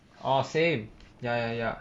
orh same ya ya ya